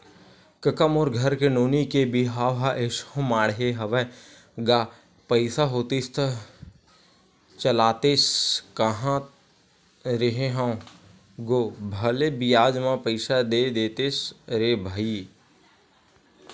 कका मोर घर नोनी के बिहाव ह एसो माड़हे हवय गा पइसा होतिस त चलातेस कांहत रेहे हंव गो भले बियाज म पइसा दे देतेस रे भई